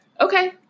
Okay